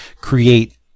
create